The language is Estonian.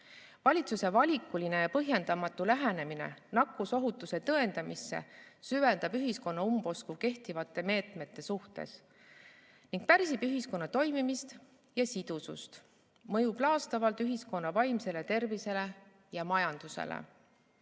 Valitsuse valikuline ja põhjendamatu lähenemine nakkusohutuse tõendamisse süvendab ühiskonna umbusku kehtivate meetmete suhtes ning pärsib ühiskonna toimimist ja sidusust, mõjub laastavalt ühiskonna vaimsele tervisele ja majandusele.